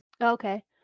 Okay